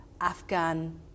Afghan